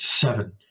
Seven